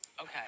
Okay